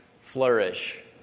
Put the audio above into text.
flourish